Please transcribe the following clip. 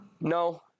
no